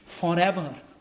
forever